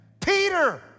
Peter